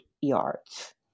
yards